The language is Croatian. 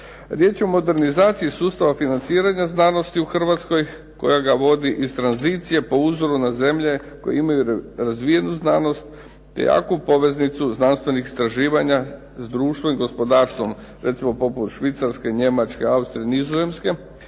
Riječ je o modernizaciji sustava financiranja znanosti u Hrvatskoj koja ga vodi iz tranzicije po uzoru na zemlje koje imaju razvijenu znanost te jaku poveznicu znanstvenih istraživanja s društvom i gospodarstvom, recimo poput Švicarske, Njemačke, Austrije, Nizozemske.